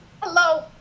Hello